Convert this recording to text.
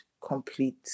complete